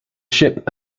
ship